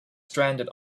stranded